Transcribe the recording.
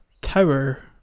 tower